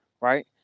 right